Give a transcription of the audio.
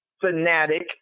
fanatic